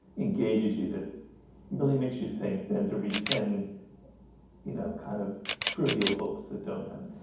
engages you that really makes you think then to read ten you know kind of trivial books that don't have it.